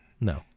No